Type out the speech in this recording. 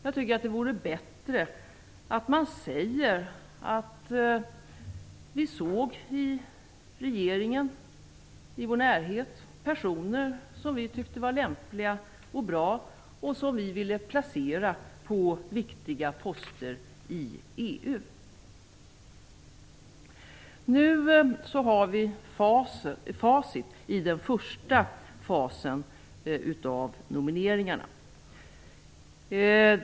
Jag tycker att det vore bättre om man sade att vi i regeringen såg i vår närhet personer som vi tyckte var lämpliga och bra och som vi ville placera på viktiga poster i EU. Nu har vi facit i den första fasen av nomineringarna.